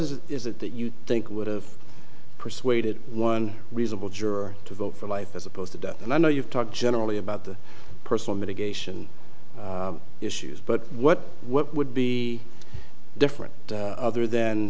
is it is it that you think would have persuaded one reasonable juror to vote for life as opposed to death and i know you've talked generally about the personal mitigation issues but what what would be different other than